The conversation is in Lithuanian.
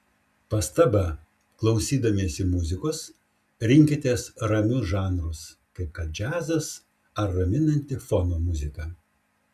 pastaba klausydamiesi muzikos rinkitės ramius žanrus kaip kad džiazas ar raminanti fono muzika